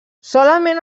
solament